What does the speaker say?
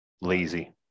Lazy